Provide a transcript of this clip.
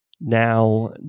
Now